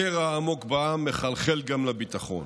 הקרע העמוק בעם מחלחל גם לביטחון.